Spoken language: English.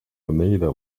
oneida